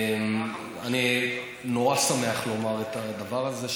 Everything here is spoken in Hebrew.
אני נורא שמח לומר את הדבר הזה.